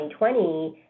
2020